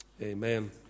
Amen